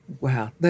Wow